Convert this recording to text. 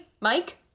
Mike